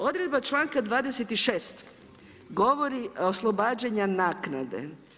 Odredba članka 26. govori oslobađanja naknade.